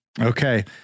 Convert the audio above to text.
Okay